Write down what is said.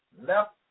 left